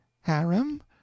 harem